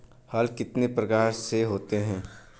हल कितने प्रकार के होते हैं?